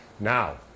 now